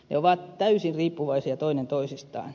ne ovat täysin riippuvaisia toinen toisistaan